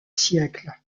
siècles